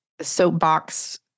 soapbox